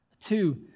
Two